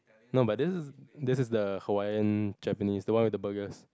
no but this is this is the Hawaiian Japanese the one with the burgers